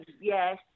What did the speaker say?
yes